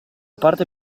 parte